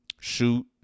Shoot